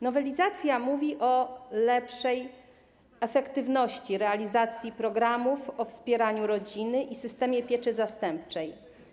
Nowelizacja mówi o większej efektywności w zakresie realizacji programów o wspieraniu rodziny i systemie pieczy zastępczej.